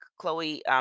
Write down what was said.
Chloe